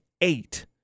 eight